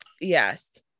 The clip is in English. Yes